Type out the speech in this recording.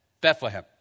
Bethlehem